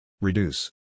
Reduce